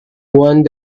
one